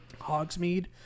Hogsmeade